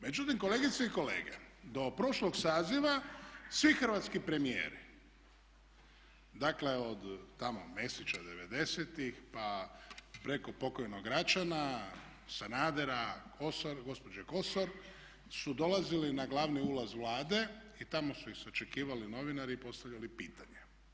Međutim kolegice i kolege, do prošlog saziva svi hrvatski premijeri, dakle od tamo Mesića devedesetih pa preko pokojnog Račana, Sanadera, gospođe Kosor su dolazili na glavni ulaz Vlade i tamo su ih sačekivali novinari i postavljali pitanja.